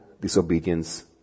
disobedience